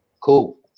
cool